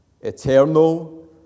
eternal